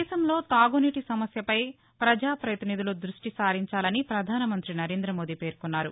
దేశంలో తాగునీటి సమస్యలపై ప్రజా పతినిధులు దృష్టి సారించాలని పధాన మంత్రి నరేంద్ర మోదీ పేర్కొన్నారు